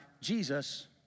Jesus